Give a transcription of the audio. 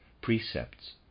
precepts